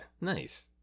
nice